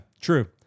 true